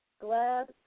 glad